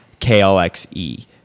KLXE